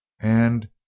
and—